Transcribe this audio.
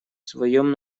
своем